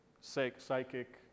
psychic